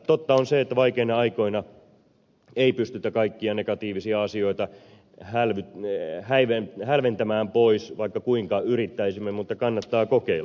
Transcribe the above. totta on se että vaikeina aikoina ei pystytä kaikkia negatiivisia asioita hälventämään pois vaikka kuinka yrittäisimme mutta kannattaa kokeilla